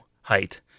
height